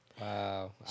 wow